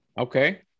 Okay